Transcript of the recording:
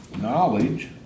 Knowledge